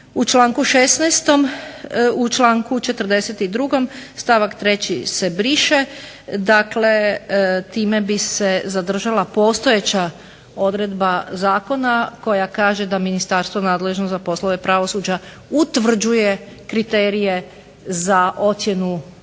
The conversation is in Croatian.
traži. U članku 42. stavak 3. se briše. Dakle, time bi se zadržala postojeća odredba zakona koja kaže da ministarstvo nadležno za poslove pravosuđa utvrđuje kriterije za ocjenu